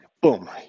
boom